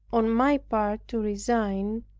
on my part to resign